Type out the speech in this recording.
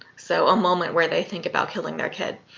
so a moment where they think about killing their kid.